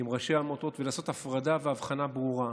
עם ראשי מועצות, ולעשות הפרדה והבחנה ברורה.